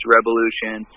Revolution